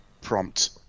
prompt